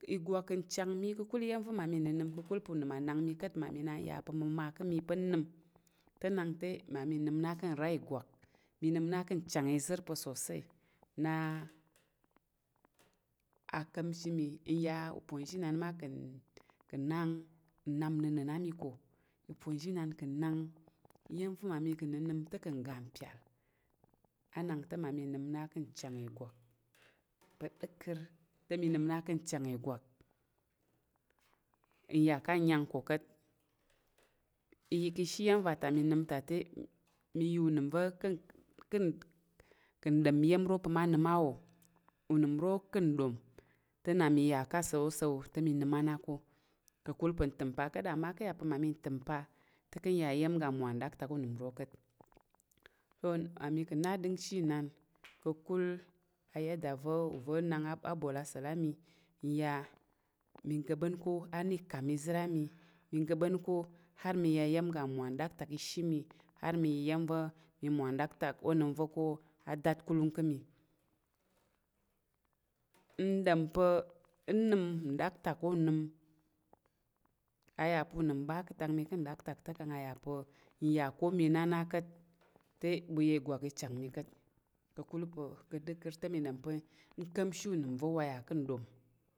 Ìgwak ka̱ nchang mi kakul iya̱mva̱ mmami ka̱ nnənəm ka̱kul pa̱ unəm a nda mi ka̱t mmami na nya pa mama ka̱ mi pa̱ nnəm te nak te mmami nəmn a ka̱ nra igwak mi nə́m na ka̱ nchang izər pa̱ sosai na aka̱mshi mi nya uponzhi inan ma ka̱ ka̱ unak nnap nənəm ami ko uponzhinan ka̱ nang iya̱m va̱ mami ka̱ nəm te ka̱ ngga pyal anak te mmami mi nəm na ka̱ nchang igwak pa̱ dəkər ta mi nəm na ka̱ chang igwak nya ka nyek ko ka̱t iyi ka̱she iya̱m va̱ ta mi nəm ta te mi unəm va̱ ka̱-kendem iya̱m ro pa̱ ma nəm awo unəm ro ka̱ nɗom te na mi ya ka swosewo te mi nəm am na ko ka̱kul pa̱ ntəm pa̱ ka̱t ama ka̱ ya pa mmami təm pa̱ te ka̱ ya iya̱m ga mwa ndaktak unəm ro ka̱t to a mi ka̱ na adəngchi i nan ka̱kul a yaɗa va̱ uva̱ na abol asa̱l am nya mi ga̱ɓan ko a ni ka̱ izər a mi nəm ga ɓan ko har mi ya iya̱m ga mwa ndaktak ishi mi har n ya iya̱m va̱ mi mwa nɗaktak unəm va̱ ko a datkulung ka̱ mi nda pa̱ nnəm n ɗak tak onəm aya pa̱ nəm ɓa ka̱tak mi ka̱ daktak to kong a ya pa nya ko mi nana ka̱t te bwai ya ìgwak i can mi ka̱t ka̱kul pa ka̱ dəkər te mi ɗom pa̱ nka̱mshi unəm va̱ uwa ya ka̱ nɗom.